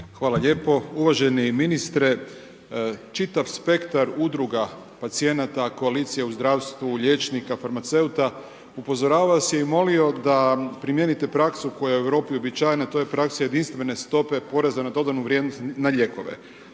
Hvala lijepo. Uvaženi ministre, čitav spektar udruga pacijenata, koalicija u zdravstvu, liječnika, farmaceuta upozoravali su i molio da primijenite praksu koja je u Europi uobičajena, to je praksa jedinstvene stope poreza na dodanu vrijednost na lijekove.